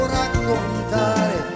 raccontare